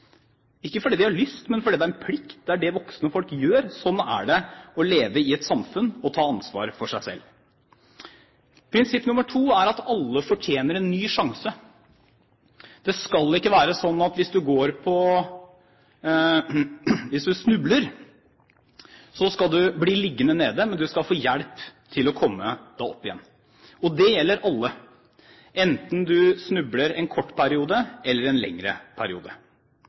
ikke fordi de har lyst, men fordi det er en plikt. Det er det voksne folk gjør. Sånn er det å leve i et samfunn og ta ansvaret for seg selv. Prinsipp nr. 2 er at alle fortjener en ny sjanse. Det skal ikke være sånn at hvis du snubler, skal du bli liggende nede, men du skal få hjelp til å komme deg opp igjen. Og det gjelder alle, enten du snubler en kort periode eller en lengre periode.